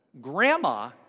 Grandma